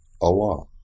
Allah